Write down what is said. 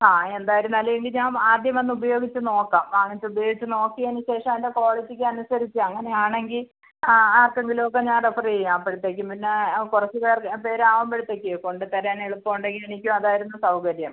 ആ എന്തായിരുന്നാലും ഇനി ഞാൻ ആദ്യം വന്നുപയോഗിച്ച് നോക്കാം വാങ്ങിച്ചുപയോഗിച്ച് നോക്കിയതിന് ശേഷം അതിൻ്റെ ക്വാളിറ്റിക്കനുസരിച്ച് അങ്ങനെയാണെങ്കിൽ ആ ആർക്കെങ്കിലും ഒക്കെ ഞാൻ റഫർ ചെയ്യാം അപ്പോഴത്തേക്കും പിന്നെ കുറച്ച് പേർക്ക് പേരാവുമ്പോഴത്തേക്ക് കൊണ്ടത്തരാനെളുപ്പമുണ്ടെങ്കിൽ എനിക്കും അതായിരുന്നു സൗകര്യം